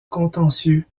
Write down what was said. contentieux